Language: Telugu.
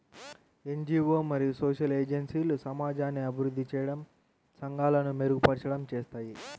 ఎన్.జీ.వో మరియు సోషల్ ఏజెన్సీలు సమాజాన్ని అభివృద్ధి చేయడం, సంఘాలను మెరుగుపరచడం చేస్తాయి